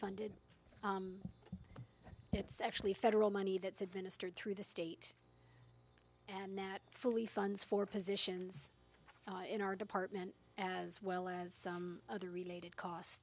funded it's actually federal money that's administered through the state and that fully funds for positions in our department as well as other related cos